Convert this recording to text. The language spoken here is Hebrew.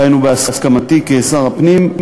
דהיינו בהסכמתי כשר הפנים,